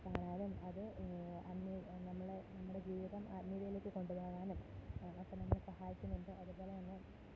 കാണാനും അതു നമ്മളെ നമ്മുടെ ജീവിതം ആത്മീയതയിലേക്കു കൊണ്ടു പോകാനും ഒക്കെ നമ്മളെ സഹായിക്കുന്നുണ്ട് അതുപോലെ തന്നെ